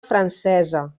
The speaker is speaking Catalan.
francesa